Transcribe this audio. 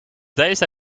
deze